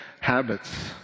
habits